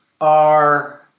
are-